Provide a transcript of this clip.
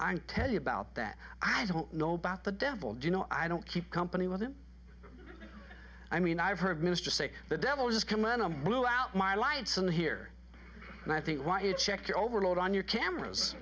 i tell you about that i don't know about the devil you know i don't keep company with him i mean i've heard minister say the devil just come in a blue out my lights on here and i think why it checked overload on your cameras